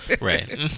right